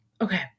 okay